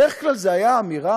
בדרך כלל זו הייתה אמירה,